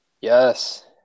yes